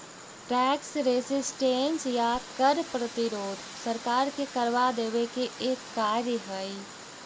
tax resistance या कर प्रतिरोध सरकार के करवा देवे के एक कार्य हई